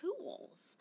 tools